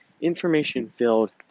information-filled